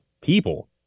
people